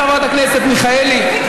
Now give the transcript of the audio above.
חברת הכנסת מיכאלי,